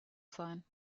sein